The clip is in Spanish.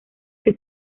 que